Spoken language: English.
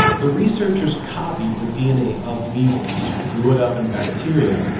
the researchers copied the dna of measles, grew it up in bacteria,